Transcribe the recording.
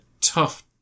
tough